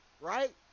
right